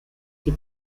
sie